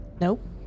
Nope